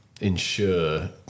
ensure